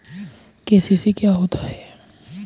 KCC क्या होता है?